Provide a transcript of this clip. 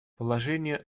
положение